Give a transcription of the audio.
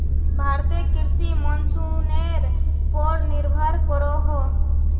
भारतीय कृषि मोंसूनेर पोर निर्भर करोहो